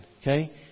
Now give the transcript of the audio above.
okay